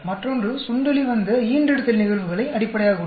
மற்றொன்று சுண்டெலி வந்த ஈன்றெடுத்தல் நிகழ்வுகளை அடிப்படையாகக் கொண்டது